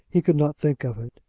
he could not think of it.